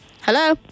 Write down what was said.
hello